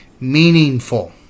Meaningful